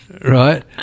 right